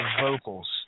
vocals